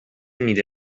nire